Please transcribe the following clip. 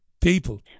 people